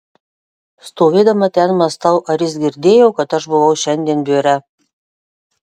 stovėdama ten mąstau ar jis girdėjo kad aš buvau šiandien biure